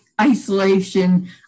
isolation